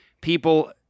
people